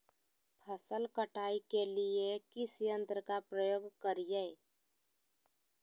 फसल कटाई के लिए किस यंत्र का प्रयोग करिये?